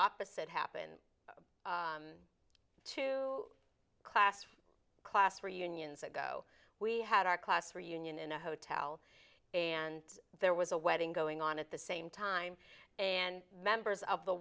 opposite happen to class class reunions ago we had our class reunion in a hotel and there was a wedding going on at the same time and members of the